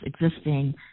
existing